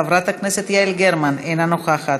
חברת הכנסת יעל גרמן, אינה נוכחת.